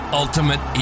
ultimate